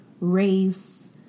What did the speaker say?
race